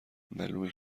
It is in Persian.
معلومه